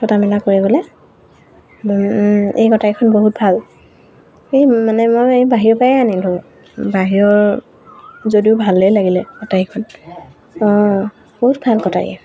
কটা মেলা কৰিবলে এই কটাৰীখন বহুত ভাল এই মানে মই এই বাহিৰৰ পৰাই আনিলোঁ বাহিৰৰ যদিও ভালেই লাগিলে কটাৰীখন অঁ বহুত ভাল কটাৰী